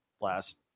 last